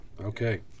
okay